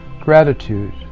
gratitude